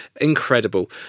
Incredible